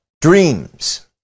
dreams